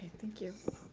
thank you.